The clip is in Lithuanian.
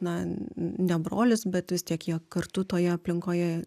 na ne brolis bet vis tiek jie kartu toje aplinkoje